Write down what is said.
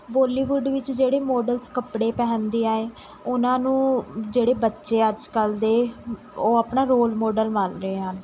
Bollywood ਵਿੱਚ ਜਿਹੜੇ models ਕੱਪੜੇ ਪਹਿਨਦੀਆਂ ਏ ਉਹਨਾਂ ਨੂੰ ਜਿਹੜੇ ਬੱਚੇ ਆ ਅੱਜ ਕੱਲ੍ਹ ਦੇ ਉਹ ਆਪਣਾ ਰੋਲ ਮੋਡਲ ਮੰਨ ਰਹੇ ਹਨ